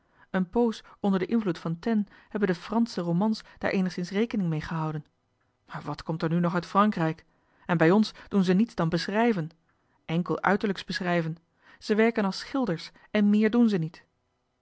een poos onder de invloed van taine hebben de fransche romans daar eenigszins rekening mee gehouden maar wat komt er nu nog uit frankrijk en bij ons doen ze niets dan beschrijven enkel uiterlijks beschrijven ze werken als schilders en méér doen ze niet